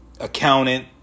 accountant